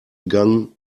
gegangen